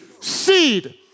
seed